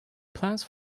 plans